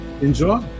enjoy